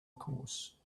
course